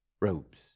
robes